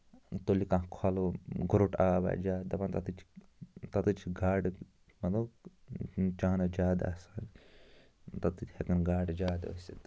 تُلہِ کانٛہہ کھۄلو گرُٹ آب آسہِ زیادٕ دَپان تَتٮ۪تھ چھِ تَتٮ۪تھ چھِ گاڈٕ مطلب چانٕس چھِ زیادٕ آسان تَتٮ۪تھ ہٮ۪کن گاڈٕ زیادٕ ٲسِتھ